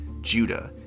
Judah